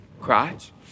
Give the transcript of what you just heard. crotch